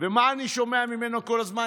ומה אני שומע ממנו כל הזמן?